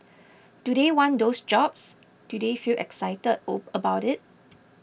do they want those jobs do they feel excited about it